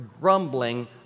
grumbling